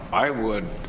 i would